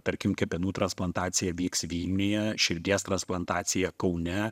tarkim kepenų transplantacija vyks vilniuje širdies transplantacija kaune